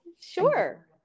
sure